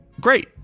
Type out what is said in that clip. great